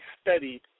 studied